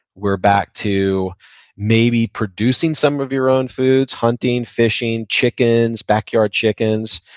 we're back to maybe producing some of your own foods hunting, fishing, chickens, backyard chickens,